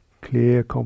clear